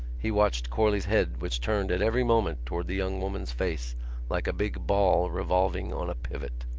he watched corley's head which turned at every moment towards the young woman's face like a big ball revolving on a pivot.